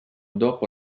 dopo